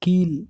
கீழ்